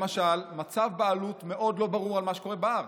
למשל מצב בעלות מאוד לא ברור על מה שקורה בהר.